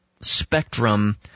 spectrum